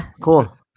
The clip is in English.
cool